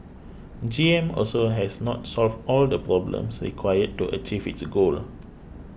G M also has not solved all the problems required to achieve its goal